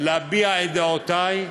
להביע את דעותי,